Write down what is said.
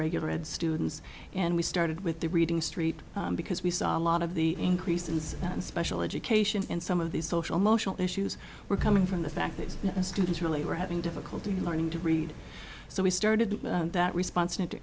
regular ed students and we started with the reading street because we saw a lot of the increases in special education and some of these social issues were coming from the fact that students really were having difficulty learning to read so we started that respons